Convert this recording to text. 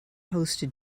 hosted